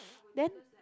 then